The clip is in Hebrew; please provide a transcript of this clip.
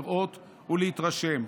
לראות ולהתרשם.